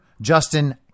Justin